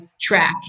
track